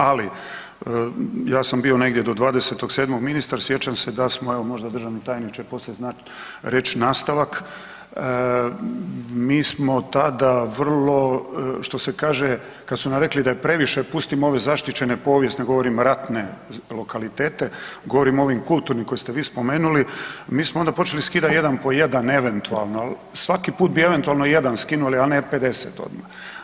Ali, ja sam bio negdje do 20.7. ministar sjećam se da smo evo možda državni tajniče poslije znat reć nastavak, mi smo tada vrlo što se kaže, kad su nam rekli da je previše, pustimo ove zaštićene povijesne govorim ratne lokalitete, govorim o ovim kulturnim koje ste vi spomenuli, mi smo onda počeli skidat jedan po jedan eventualno, al svaki put bi eventualno jedan skinuli, a ne 50 odma.